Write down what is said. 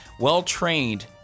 well-trained